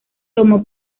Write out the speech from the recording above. tomó